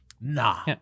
Nah